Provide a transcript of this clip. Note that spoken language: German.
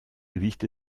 riecht